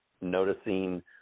noticing